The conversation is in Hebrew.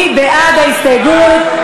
מי בעד ההסתייגות?